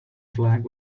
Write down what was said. flag